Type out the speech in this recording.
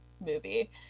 movie